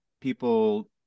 people